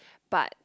but